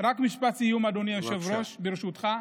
רק משפט סיום, אדוני היושב-ראש, ברשותך.